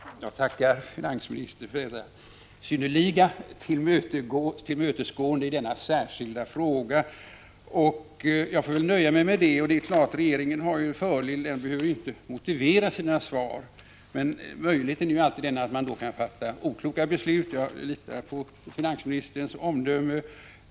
Fru talman! Jag tackar finansministern för detta synnerliga tillmötesgående i denna särskilda fråga, och jag får väl nöja mig med det svar jag har fått. Regeringen har en fördel. Den behöver inte motivera sina svar. Då finns 45 alltid möjligheten att man kan fatta okloka beslut, men jag litar på finansministerns omdöme.